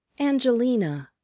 angelina,